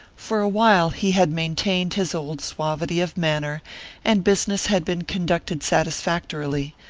for a while he had maintained his old suavity of manner and business had been conducted satisfactorily,